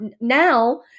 now